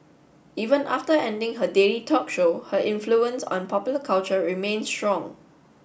even after ending her daily talk show her influence on popular culture remains strong